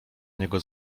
niego